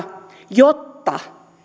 jotta